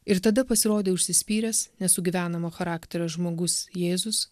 ir tada pasirodė užsispyręs nesugyvenamo charakterio žmogus jėzus